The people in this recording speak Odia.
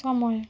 ସମୟ